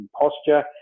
posture